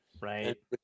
right